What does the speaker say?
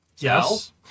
Yes